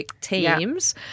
Teams